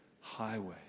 highway